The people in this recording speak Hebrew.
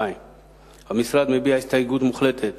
2. המשרד מביע הסתייגות מוחלטת